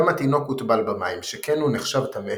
גם התינוק הוטבל במים שכן הוא נחשב טמא